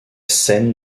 scène